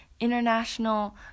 international